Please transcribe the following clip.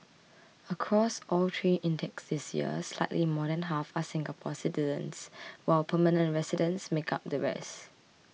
across all three intakes this year slightly more than half are Singapore citizens while permanent residents make up the rest